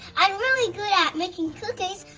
i'm really good at making cookies.